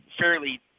fairly